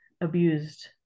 abused